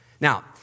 Now